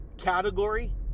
category